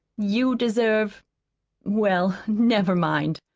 you deserve well, never mind.